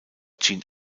gene